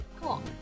Cool